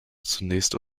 zunächst